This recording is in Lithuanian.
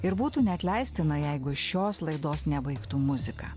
ir būtų neatleistina jeigu šios laidos nebaigtų muzika